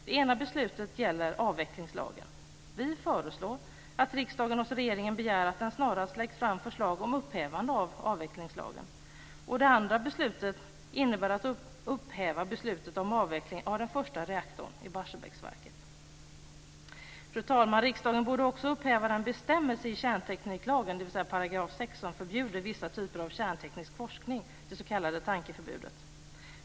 Det ena beslutet gäller avvecklingslagen. Vi föreslår att riksdagen hos regeringen begär att det snarast läggs fram förslag om upphävande av avvecklingslagen. Det andra innebär att upphäva beslutet om avveckling av den första reaktorn i Barsebäcksverket. Fru talman! Riksdagen borde också upphäva den bestämmelse i kärntekniklagen, dvs. § 6, som förbjuder vissa typer av kärnteknisk forskning, det s.k. tankeförbudet.